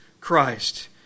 Christ